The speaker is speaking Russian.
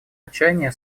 отчаяние